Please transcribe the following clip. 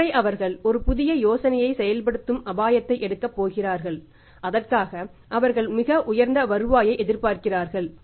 ஒருமுறை அவர்கள் ஒரு புதிய யோசனையைச் செயல்படுத்தும் அபாயத்தை எடுக்கப் போகிறார்கள் அதற்காக அவர்கள் மிக உயர்ந்த வருவாயை எதிர்பார்க்கிறார்கள்